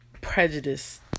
prejudice